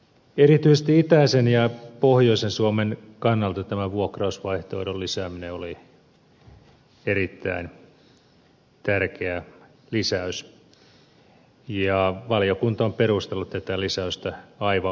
erityisesti itäisen ja pohjoisen suomen kannalta tämä vuokrausvaihtoehdon lisääminen oli erittäin tärkeä lisäys ja valiokunta on perustellut tätä lisäystä aivan oikein